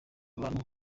abantu